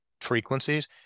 frequencies